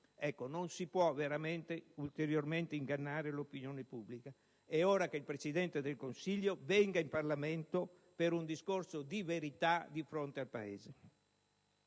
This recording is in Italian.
Non si può veramente ingannare ulteriormente l'opinione pubblica: è ora che il Presidente del Consiglio venga in Parlamento per un discorso di verità di fronte al Paese.